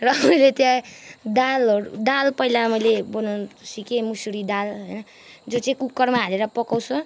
र मैले त्यहाँ दालहरू दाल पहिला मैले बनाउनु सिकेँ मुसुरी दाल होइन जो चाहिँ कुकरमा हालेर पकाउँछ